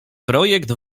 projekt